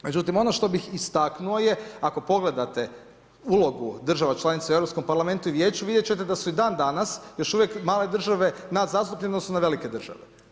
Međutim, ono što bih istaknuo je ako pogledate ulogu država članica u Europskom parlamentu i Vijeću vidjet ćete da su i dan danas još uvijek male države nadzastupljene u odnosu na velike države.